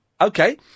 Okay